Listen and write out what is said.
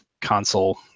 console